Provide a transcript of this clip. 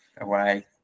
away